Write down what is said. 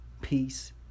peace